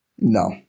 No